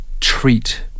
treat